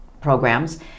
programs